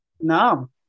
No